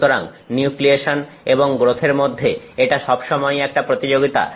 সুতরাং নিউক্লিয়েসন এবং গ্রোথের মধ্যে এটা সবসময়ই একটা প্রতিযোগিতা